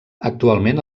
actualment